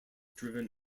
driven